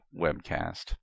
webcast